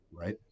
Right